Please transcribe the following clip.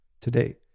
today